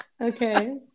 Okay